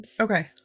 Okay